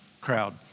crowd